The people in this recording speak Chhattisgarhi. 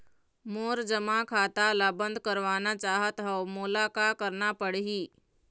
मोर जमा खाता ला बंद करवाना चाहत हव मोला का करना पड़ही?